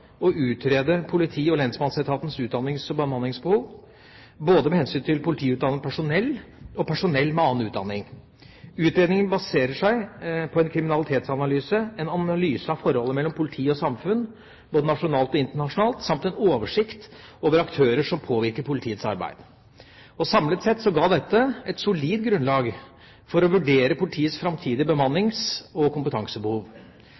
å utrede politi- og lensmannsetatens utdannings- og bemanningsbehov, både med hensyn til politiutdannet personell og personell med annen utdanning. Utredningen baserer seg på en kriminalitetsanalyse, en analyse av forholdet mellom politi og samfunn både nasjonalt og internasjonalt, samt en oversikt over aktører som påvirker politiets arbeid. Samlet sett ga dette et solid grunnlag for å vurdere politiets framtidige